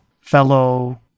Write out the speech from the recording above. fellow